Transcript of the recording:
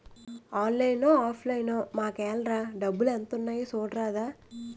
ఆన్లైన్లో offline మాకేఏల్రా డబ్బులు ఎంత ఉన్నాయి చూడరాదా